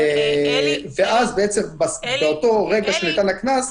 ואז באותו רגע שניתן הקנס,